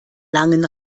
langen